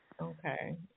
Okay